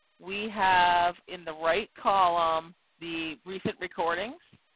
we have in the right column, the recent recordings,